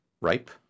ripe